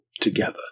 together